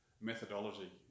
methodology